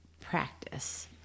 practice